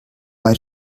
bei